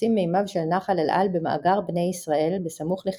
נתפסים מימיו של נחל אל על במאגר בני ישראל בסמוך לחיספין,